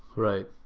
right.